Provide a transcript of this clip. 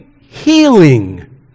healing